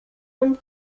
und